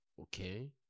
okay